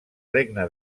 regne